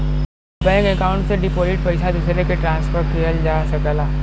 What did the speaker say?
bank account से deposit पइसा दूसरे के ट्रांसफर किहल जा सकला